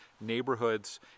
neighborhoods